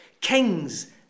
Kings